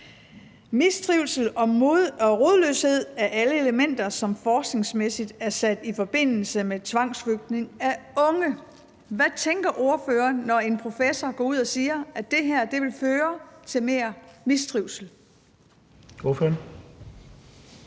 »Mistrivsel og rodløshed er alle elementer, som forskningsmæssigt er sat i forbindelse med tvangsflytning af unge.« Hvad tænker ordføreren, når en professor går ud og siger, at det her vil føre til mere mistrivsel?